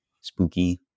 spooky